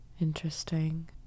interesting